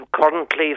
currently